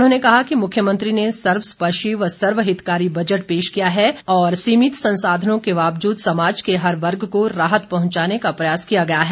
उन्होंने कहा कि मुख्यमंत्री ने सर्वस्पर्शी व सर्वहितकारी बजट पेश किया है और सीमित संसाधनों के बावजूद समाज के हर वर्ग को राहत पहुंचाने का प्रयास किया गया है